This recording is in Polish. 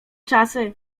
czasy